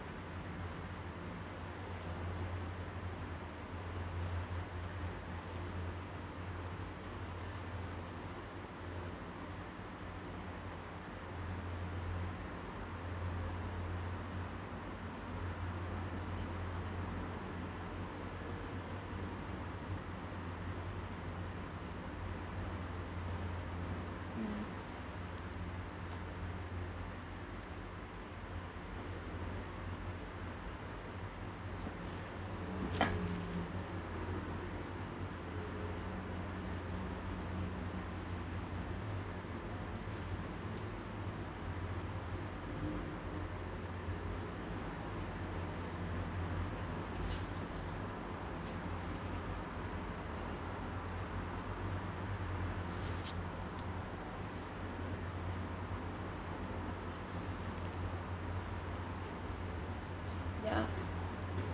mm ya